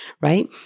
right